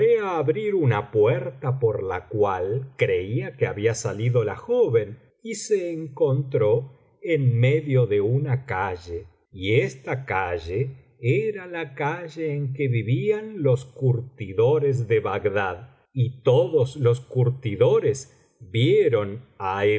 abrir una puerta por la cual creía que había salido la joven y se encontró en medio de una calle y esta calle era la calle en que vivían los curtidores de bagdad y todos los curtidores vieron á